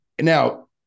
Now